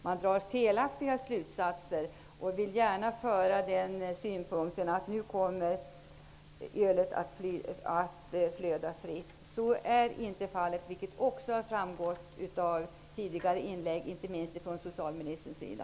Man drar felaktiga slutsatser och vill gärna framföra synpunkten att ölet kommer att flöda fritt. Så är inte fallet. Det har framgått av tidigare inlägg, inte minst från socialministerns sida.